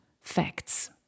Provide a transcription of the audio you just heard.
facts